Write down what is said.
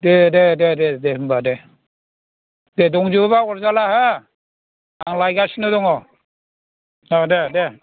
दे दे दे दे दे होमब्ला दे दे दंजोबोब्ला अरजाला हा आं लायगासिनो दङ ओ दे दे